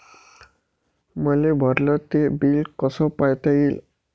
मले भरल ते बिल कस पायता येईन?